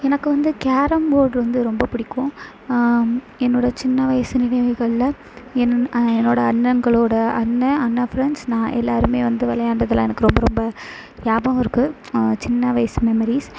எனக்கு வந்து கேரம்போர்டு வந்து ரொம்ப பிடிக்கும் என்னோட சின்ன வயசு நினைவுகளில் என் என்னோட அண்ணன்களோட அண்ணன் அண்ணன் ஃப்ரெண்ட்ஸ் நான் எல்லாருமே வந்து விளையாண்டதுலாம் எனக்கு ரொம்ப ரொம்ப ஞாபகம் இருக்கு சின்ன வயசு மெமெரிஸ்